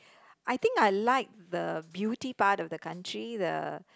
I think I like the beauty part of the country the